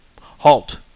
Halt